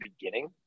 beginning